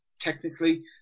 technically